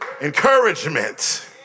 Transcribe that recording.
Encouragement